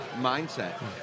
mindset